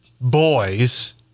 boys